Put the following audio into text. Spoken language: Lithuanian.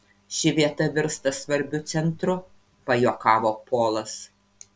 ši vieta virsta svarbiu centru pajuokavo polas